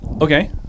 okay